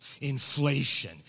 Inflation